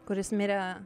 kuris mirė